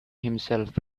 himself